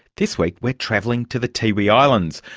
this week we're travelling to the tiwi islands.